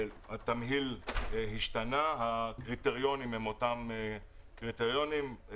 התמהיל השתנה, הקריטריונים הם אותם קריטריונים.